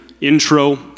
intro